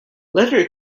letter